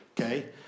okay